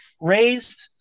raised